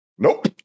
Nope